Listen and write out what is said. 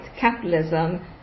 capitalism